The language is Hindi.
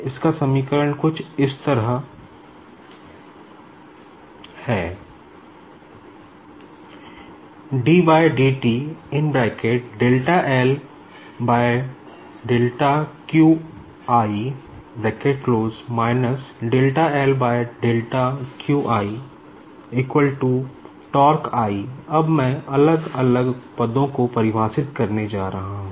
इसका समीकरण कुछ इस तरह है अब मैं अलग अलग पदो को परिभाषित करने जा रहा हूँ